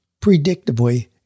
predictably